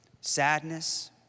sadness